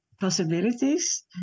possibilities